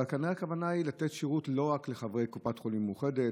אבל כנראה שהכוונה היא לא רק לתת שירות לחברי קופת חולים מאוחדת,